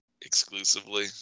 exclusively